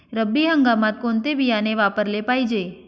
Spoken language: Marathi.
रब्बी हंगामात कोणते बियाणे वापरले पाहिजे?